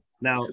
Now